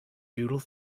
doodle